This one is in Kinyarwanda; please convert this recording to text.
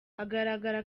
agaragara